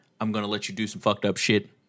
I'm-gonna-let-you-do-some-fucked-up-shit